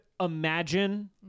imagine